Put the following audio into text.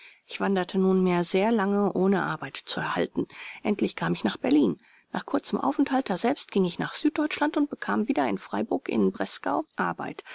ich wanderte nunmehr sehr lange ohne arbeit zu erhalten endlich kam ich nach berlin nach kurzem aufenthalt daselbst ging ich nach süddeutschland und bekam wiederum in freiburg i breisgau arbeit